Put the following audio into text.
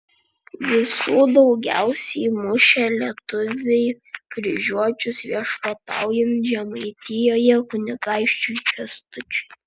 visų daugiausiai mušė lietuviai kryžiuočius viešpataujant žemaitijoje kunigaikščiui kęstučiui